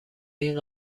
این